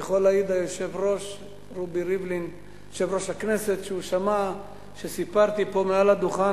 ויכול להעיד יושב-ראש הכנסת רובי ריבלין שהוא שמע שסיפרתי פה מעל הדוכן,